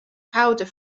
powder